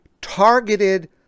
targeted